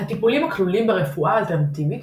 הטיפולים הכלולים ברפואה האלטרנטיבית